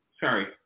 Sorry